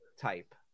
type